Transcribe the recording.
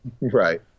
Right